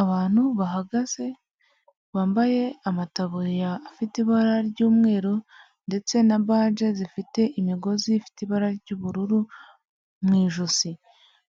Abantu bahagaze bambaye amataburiya afite ibara ry'umweru ndetse na baje zifite imigozi ifite ibara ry'ubururu mu ijosi,